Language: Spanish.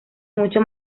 mucho